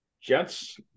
Jets